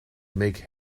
make